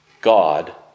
God